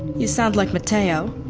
you sound like mateo.